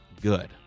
good